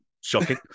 shocking